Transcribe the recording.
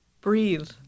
Breathe